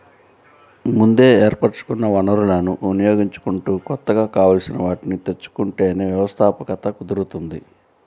ముందే ఏర్పరచుకున్న వనరులను వినియోగించుకుంటూ కొత్తగా కావాల్సిన వాటిని తెచ్చుకుంటేనే వ్యవస్థాపకత కుదురుతుంది